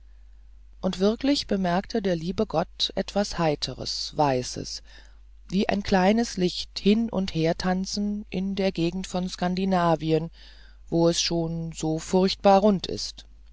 und wirklich merkte der liebe gott etwas heiteres weißes wie ein kleines licht hin und her tanzen in der gegend von skandinavien wo es schon so furchtbar rund ist